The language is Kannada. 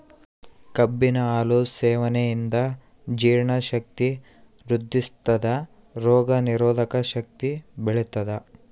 ಕಬ್ಬಿನ ಹಾಲು ಸೇವನೆಯಿಂದ ಜೀರ್ಣ ಶಕ್ತಿ ವೃದ್ಧಿಸ್ಥಾದ ರೋಗ ನಿರೋಧಕ ಶಕ್ತಿ ಬೆಳಿತದ